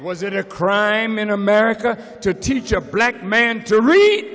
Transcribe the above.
was it a crime in america to teach a black man to read